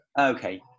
okay